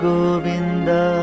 Govinda